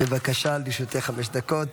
בבקשה, לרשותך חמש דקות.